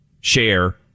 share